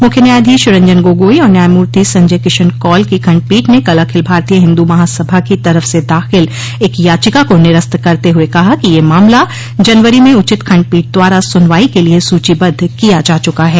मुख्य न्यायाधीश रंजन गोगोई और न्यायमूर्ति संजय किशन कौल की खंडपीठ ने कल अखिल भारतीय हिन्दू महासभा की तरफ से दाखिल एक याचिका को निरस्त करते हुए कहा कि यह मामला जनवरी में उचित खंडपीठ द्वारा सुनवाई के लिए सूचीबद्ध किया जा चका है